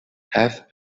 have